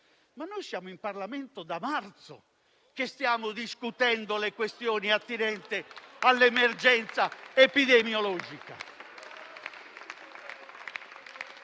Ma noi siamo in Parlamento; è da marzo che stiamo discutendo le questioni attinenti all'emergenza epidemiologica.